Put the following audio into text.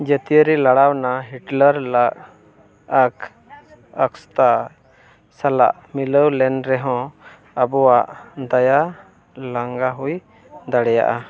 ᱡᱟᱹᱛᱤᱭᱟᱨᱤ ᱞᱟᱲᱟᱣᱱᱟ ᱦᱤᱴᱞᱟᱨᱟᱜ ᱟᱥᱛᱷᱟ ᱥᱟᱞᱟᱜ ᱢᱤᱞᱟᱹᱣ ᱞᱮᱱ ᱨᱮᱦᱚᱸ ᱟᱵᱚᱣᱟᱜ ᱫᱟᱭᱟ ᱞᱟᱸᱜᱟ ᱦᱩᱭ ᱫᱟᱲᱮᱭᱟᱜᱼᱟ